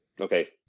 Okay